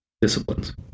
disciplines